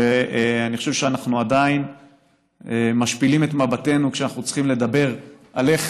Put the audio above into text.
אני חושב שאנחנו עדיין משפילים את מבטנו כשאנחנו צריכים לדבר על איך